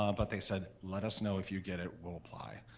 um but they said, let us know if you get it, we'll apply,